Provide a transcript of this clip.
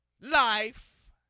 life